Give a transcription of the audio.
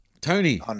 Tony